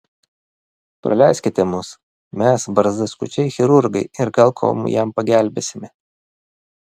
praleiskite mus mes barzdaskučiai chirurgai ir gal kuo jam pagelbėsime